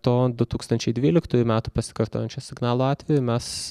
to du tūkstančiai dvyliktųjų metų pasikartojančio signalo atveju mes